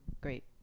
great